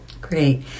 great